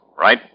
right